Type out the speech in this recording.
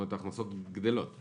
כלומר ההכנסות גדלות.